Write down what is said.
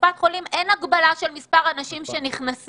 בקופת חולים אין הגבלה על מספר אנשים שנכנסים.